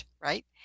right